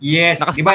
Yes